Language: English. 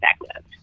effective